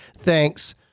thanks